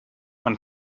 man